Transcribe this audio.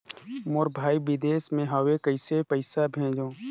मोर भाई विदेश मे हवे कइसे पईसा भेजो?